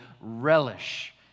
relish